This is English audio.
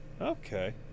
okay